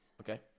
Okay